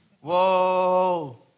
Whoa